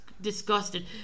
disgusted